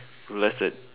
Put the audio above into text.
less than